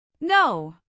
No